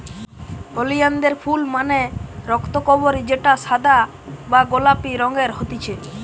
ওলিয়ানদের ফুল মানে রক্তকরবী যেটা সাদা বা গোলাপি রঙের হতিছে